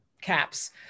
CAPS